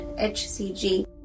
HCG